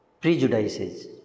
prejudices